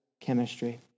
chemistry